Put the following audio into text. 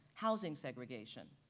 housing segregation.